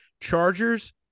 Chargers